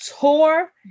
tour